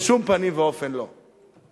בשום פנים ואופן לא.